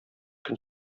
көн